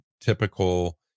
typical